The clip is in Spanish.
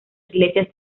iglesias